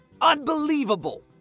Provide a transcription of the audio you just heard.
Unbelievable